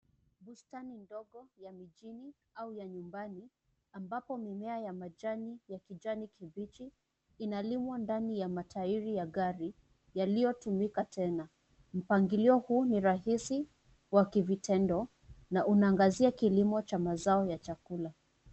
Bustani ndogo ya mijini au ya nyumbani ambapo mimea ya majani ya kijani kibichi inalimwa ndani ya matairi ya gari yaliyotumika tena. Mpangilio huu ni rahisi wa kivitendo na unaangazia kilimo cha mazao ya chakula.